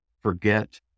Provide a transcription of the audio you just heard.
forget